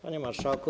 Panie Marszałku!